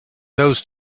those